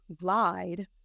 lied